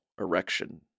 erection